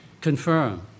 confirm